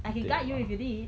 I can guide you need